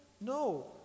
no